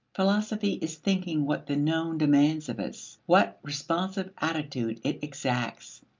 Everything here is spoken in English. philosophy is thinking what the known demands of us what responsive attitude it exacts.